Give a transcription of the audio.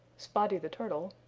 spotty the turtle,